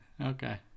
Okay